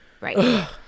Right